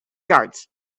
yards